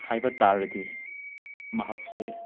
ꯍꯥꯏꯕ ꯇꯥꯔꯗꯤ ꯃꯍꯥꯛꯁꯦ